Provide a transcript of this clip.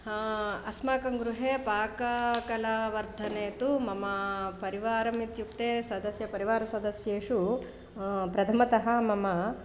अस्माकं गृहे पाककला वर्धनेतु मम परिवारम् इत्युक्ते सदस्य परिवारसदस्येषु प्रथमतः मम